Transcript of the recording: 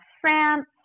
France